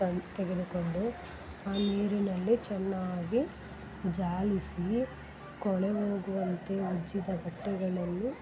ತಂದು ತೆಗೆದುಕೊಂಡು ಆ ನೀರಿನಲ್ಲಿ ಚೆನ್ನಾಗಿ ಜಾಲಿಸಿ ಕೊಳೆ ಹೋಗುವಂತೆ ಉಜ್ಜಿದ ಬಟ್ಟೆಗಳನ್ನು